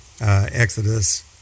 Exodus